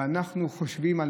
ואנחנו חושבים,